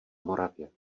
moravě